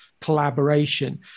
collaboration